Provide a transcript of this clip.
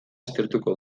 aztertuko